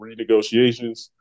renegotiations